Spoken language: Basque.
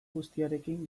guztiarekin